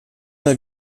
mal